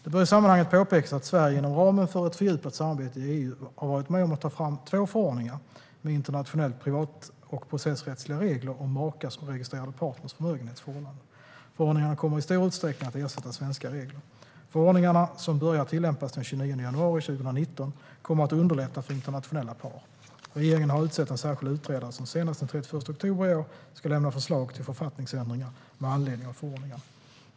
Det bör i sammanhanget påpekas att Sverige inom ramen för ett fördjupat samarbete i EU har varit med om att ta fram två förordningar med internationellt privat och processrättsliga regler om makars och registrerade partners förmögenhetsförhållanden. Förordningarna kommer i stor utsträckning att ersätta svenska regler. Förordningarna, som börjar tillämpas den 29 januari 2019, kommer att underlätta för internationella par. Regeringen har utsett en särskild utredare som senast den 31 oktober i år ska lämna förslag till författningsändringar med anledning av förordningarna.